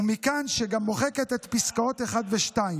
ומכאן שגם מוחקת את פסקאות 1 ו-2.